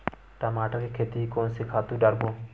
टमाटर के खेती कोन से खातु डारबो?